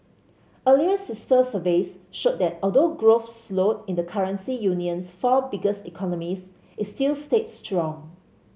earlier sister surveys showed that although growth slowed in the currency union's four biggest economies it still stayed strong